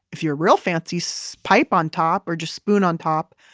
if you're real fancy, so pipe on top or just spoon on top.